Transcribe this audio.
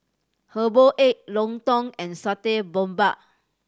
herbal egg lontong and Satay Babat